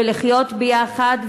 ולחיות יחד,